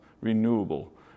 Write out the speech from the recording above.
Renewable